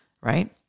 right